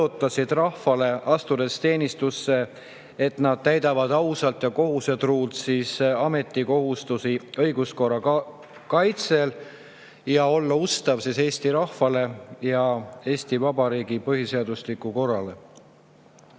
rahvale, astudes teenistusse, et nad täidavad ausalt ja kohusetruult ametikohustusi õiguskorra kaitsel, olles ustavad Eesti rahvale ja Eesti Vabariigi põhiseaduslikule korrale.